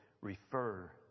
refer